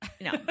no